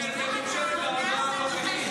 אז אתה אומר שזו ממשלת ההונאה הנוכחית.